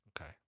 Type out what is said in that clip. Okay